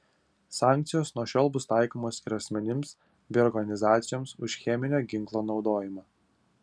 sankcijos nuo šiol bus taikomos ir asmenims bei organizacijoms už cheminio ginklo naudojimą